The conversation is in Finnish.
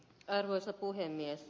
arvoisa puhemies